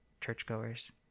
churchgoers